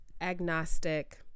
agnostic